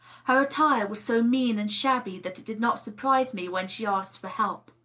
her attire was so mean and shabby that it did not surprise me when she asked for help.